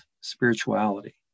spirituality